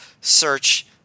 search